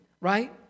right